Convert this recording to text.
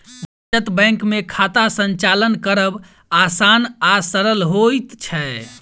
बचत बैंक मे खाता संचालन करब आसान आ सरल होइत छै